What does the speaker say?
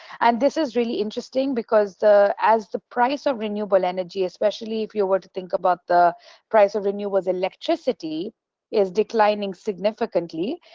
and this is really interesting because as the price of renewable energy, especially if you were to think about the price of renewables electricity is declining significantly,